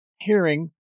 hearing